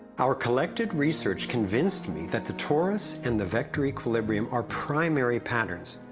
our collective research convinced me, that the torus and the vector equilibrium are primary patterns,